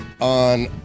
on